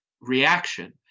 reaction